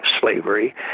slavery